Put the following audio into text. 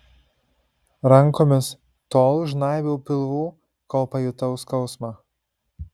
rankomis tol žnaibiau pilvų kol pajutau skausmą